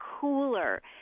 cooler